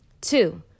Two